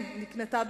כן, נקנתה בכיסאות,